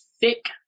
thick